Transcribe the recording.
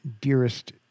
dearest